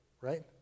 right